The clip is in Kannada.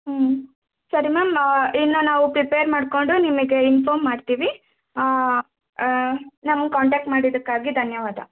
ಹ್ಞೂ ಸರಿ ಮ್ಯಾಮ್ ಇನ್ನ ನಾವು ಪ್ರಿಪೇರ್ ಮಾಡ್ಕೊಂಡು ನಿಮಗೆ ಇನ್ಫಾರ್ಮ್ ಮಾಡ್ತೀವಿ ನಮ್ಮ ಕಾಂಟಾಕ್ಟ್ ಮಾಡಿದ್ದಕ್ಕಾಗಿ ಧನ್ಯವಾದ